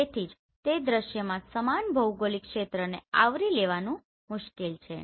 તેથી જ તે દ્રશ્યમાં સમાન ભૌગોલિક ક્ષેત્રને આવરી લેવાનું મુશ્કેલ છે